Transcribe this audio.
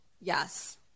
yes